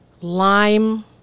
lime